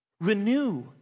Renew